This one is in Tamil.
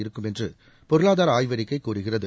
இருக்கும் என்று பொருளாதார ஆய்வறிக்கை கூறுகிறது